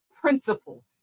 principle